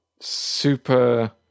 super